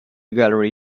gallery